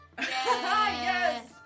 Yes